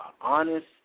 honest